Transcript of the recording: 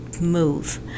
move